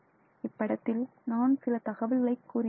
இப்படத்தில் நான் சில தகவலை கூறியுள்ளேன்